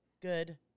good